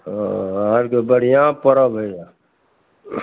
हाँ अहाँ आओरके बढ़िआँ परब होइए